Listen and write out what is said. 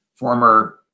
former